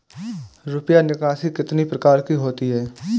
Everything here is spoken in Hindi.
रुपया निकासी कितनी प्रकार की होती है?